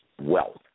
wealth